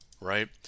right